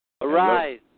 Arise